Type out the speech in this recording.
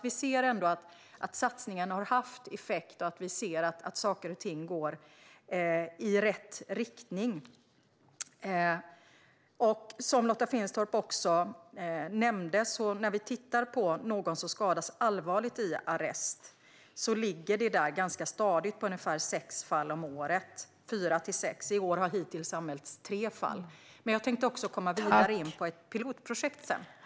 Vi ser alltså att satsningen ändå har haft effekt, och vi ser att saker och ting går i rätt riktning. Som Lotta Finstorp nämnde ligger siffran för hur många som skadas allvarligt i arrest ganska stadigt på fyra till sex fall om året. I år har hittills tre fall anmälts. Jag tänkte komma in på ett pilotprojekt i mitt nästa inlägg.